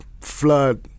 flood